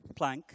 Planck